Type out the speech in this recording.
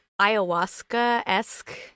ayahuasca-esque